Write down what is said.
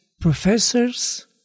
professors